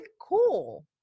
cool